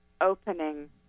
opening